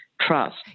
trust